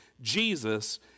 Jesus